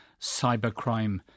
Cybercrime